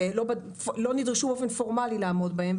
לא נדרשו באופן פורמלי לעמוד בהם,